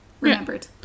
remembered